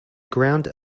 ground